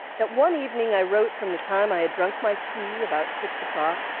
that one evening i wrote from the time i had drunk my tea, about six o'clock,